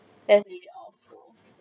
that's really awful